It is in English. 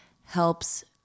helps